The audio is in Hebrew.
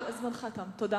זמנך תם, תודה.